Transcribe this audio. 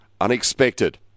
unexpected